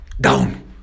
down